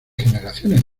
generaciones